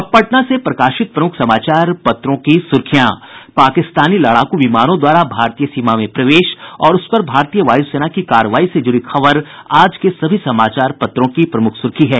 अब पटना से प्रकाशित प्रमुख समाचार पत्रों की सुर्खियां पाकिस्तानी लड़ाकू विमानों द्वारा भारतीय सीमा में प्रवेश और उस पर भारतीय वायुसेना की कार्रवाई से जुड़ी खबर आज के सभी समाचार पत्रों की प्रमुख सुर्खी है